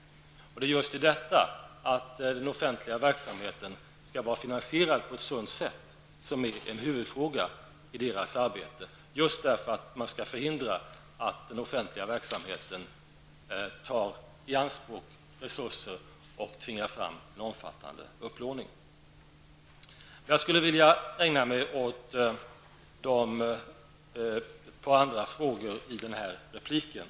Det är just det faktum att den offentliga verksamheten skall vara finansierad på ett sunt sätt som är en huvudfråga i deras arbete, just därför att man skall förhindra att den offentliga verksamheten tar i anspråk resurser och tvingar fram en omfattande upplåning. Jag skulle vilja ägna mig även åt ett par andra frågor i den här repliken.